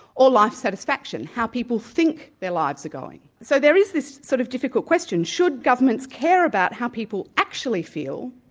or life satisfaction, how people think their lives are going. so there is this sort of difficult question should governments care about how people actually feel,